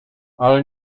ale